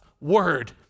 word